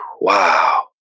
wow